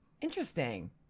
Interesting